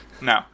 No